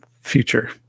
future